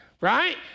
Right